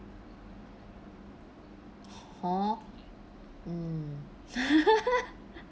oh mm